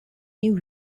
new